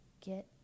Get